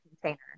container